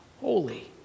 holy